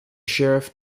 sheriff